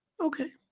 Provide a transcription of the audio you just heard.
Okay